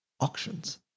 auctions